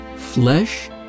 Flesh